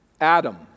Adam